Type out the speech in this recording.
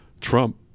Trump